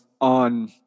on